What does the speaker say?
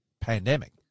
pandemic